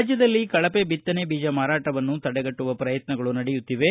ರಾಜ್ಯದಲ್ಲಿ ಕಳವೆ ಬಿತ್ತನೆ ಬೀಜ ಮಾರಾಟವನ್ನು ತಡೆಗಟ್ಟುವ ಪ್ರಯತ್ನಗಳು ನಡೆಯುತ್ತಿವೆ